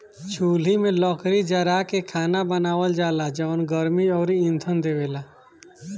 चुल्हि में लकड़ी जारा के खाना बनावल जाला जवन गर्मी अउरी इंधन देवेला